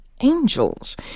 angels